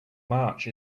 march